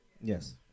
Yes